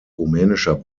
rumänischer